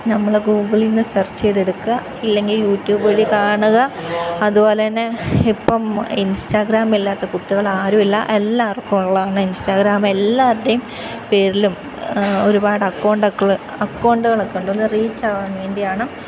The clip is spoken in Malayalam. നമ്മൾ ഗൂഗിളിൽ നിന്ന് സെർച്ച് ചെയ്ത് എടുക്കുക ഇല്ലെങ്കിൽ യൂട്യൂബ് വഴി കാണുക അതുപോലെതന്നെ ഇപ്പം ഇൻസ്റ്റാഗ്രാം ഇല്ലാത്ത കുട്ടികൾ ആരും ഇല്ല എല്ലാവർക്കും ഉള്ളതാണ് ഇൻസ്റ്റാഗ്രാം എല്ലാവരുടെയും പേരിലും ഒരുപാട് അക്കൗണ്ട് ഒക്കെ അക്കൗണ്ടുകളൊക്കെ ഉണ്ട് ഒന്ന് റീച്ച് ആവാൻ വേണ്ടിയാണ്